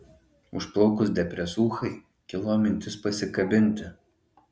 užplaukus depresūchai kilo mintis pasikabinti